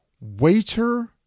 waiter